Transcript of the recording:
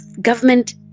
government